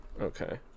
Okay